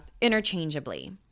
interchangeably